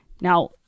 Now